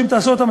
שאם תעשה אותם,